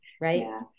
right